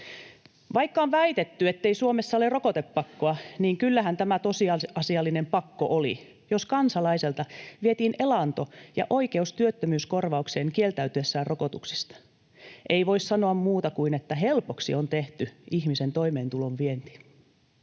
Vaikka on väitetty, ettei Suomessa ole rokotepakkoa, niin kyllähän tämä tosiasiallinen pakko oli, jos kansalaiselta vietiin elanto ja oikeus työttömyyskorvaukseen kieltäytyessään rokotuksista. Ei voi sanoa muuta kuin, että helpoksi on tehty ihmisen toimeentulon vienti.